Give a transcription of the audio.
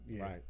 Right